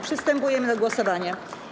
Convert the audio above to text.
Przystępujemy do głosowania.